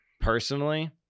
personally